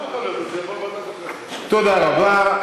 תודה רבה.